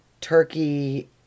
turkey